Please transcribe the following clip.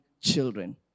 children